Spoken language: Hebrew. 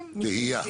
וטעייה.